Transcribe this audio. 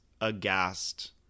aghast